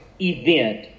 event